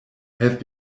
have